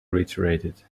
reiterated